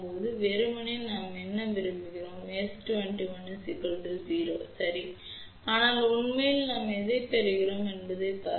வெறுமனே நாம் என்ன விரும்புகிறோம் S21 0 சரி ஆனால் உண்மையில் நாம் எதைப் பெறுகிறோம் என்பதைப் பார்ப்போம்